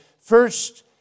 first